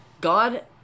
God